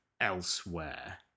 elsewhere